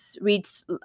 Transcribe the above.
reads